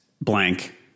blank